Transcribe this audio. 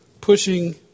pushing